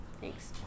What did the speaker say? Thanks